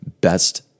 best